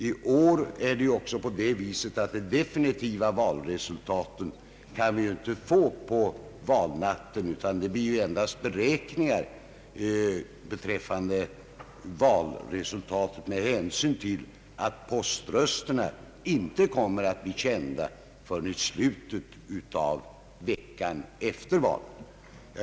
I år är det ju också på det sättet att vi inte kan få fram de definitiva valresultaten på valnatten, utan endast beräkningar; detta med hänsyn till att poströsterna inte kommer att bli kända förrän i slutet av veckan efter valet.